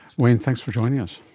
wayne, thanks for joining us.